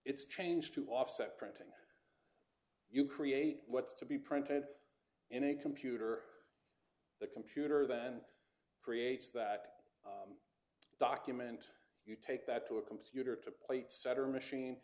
it's changed to offset printing you create what's to be printed in a computer the computer then creates that document you take that to a computer to plate setter machine